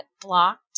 blocked